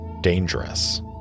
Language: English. dangerous